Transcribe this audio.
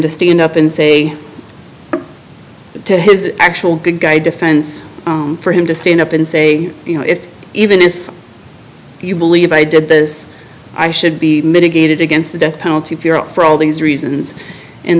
to stand up and say to his actual good guy defense for him to stand up and say you know if even if you believe i did this i should be mitigated against the death penalty for all these reasons